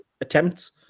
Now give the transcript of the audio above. attempts